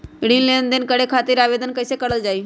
ऋण लेनदेन करे खातीर आवेदन कइसे करल जाई?